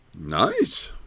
Nice